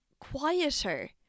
quieter